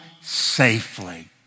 safely